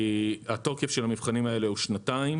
כי התוקף של המבחנים האלה הוא שנתיים.